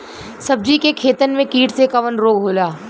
सब्जी के खेतन में कीट से कवन रोग होला?